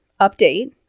update